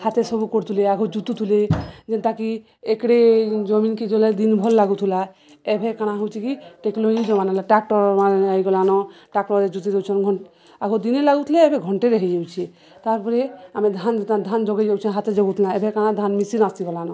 ହାତରେ ସବୁ କରୁଥିଲେ ଆଗ ଜୁତୁଥିଲେ ଯେନ୍ତାକି ଏକଡ଼େ ଜମିନ୍କି ଜଲ ଦିନ ଭଲ୍ ଲାଗୁଥିଲା ଏବେ କାଣା ହଉଛି କି ଟେକ୍ନୋଲୋଜି ଜମାନା ଟ୍ରାକ୍ଟରମାନ ହେଇଗଲାନ ଟ୍ରାକ୍ଟରରେ ଜୁତି ଦଉଛନ୍ ଘଣ୍ ଆଗ ଦିନେ ଲାଗୁଥିଲେ ଏବେ ଘଣ୍ଟେରେ ହେଇଯାଉଛେ ତାର୍ପରେ ଆମେ ଧାନ ଧାନ ଯୋଗେଇ ଯାଉଛନ୍ ହାତରେ ଜଗୁଥିଲା ଏବେ କାଣା ଧାନ ମିସିନ୍ ଆସିଗଲାନ